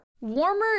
Warmer